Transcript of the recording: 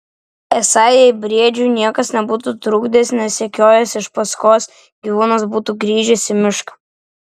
esą jei briedžiui niekas nebūtų trukdęs nesekiojęs iš paskos gyvūnas būtų grįžęs į mišką